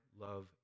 love